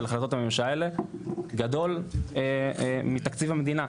החלטות הממשלה האלה גדול מתקציב המדינה.